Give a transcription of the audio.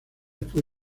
fue